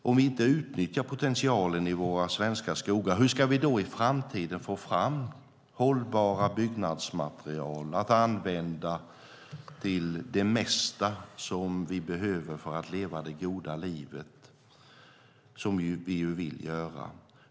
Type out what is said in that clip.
Om vi inte utnyttjar potentialen i våra svenska skogar, hur ska vi då i framtiden få fram hållbara byggnadsmaterial att använda till det mesta som vi behöver för att leva det goda livet, vilket vi vill göra?